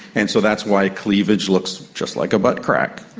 and so that's why cleavage looks just like a butt crack.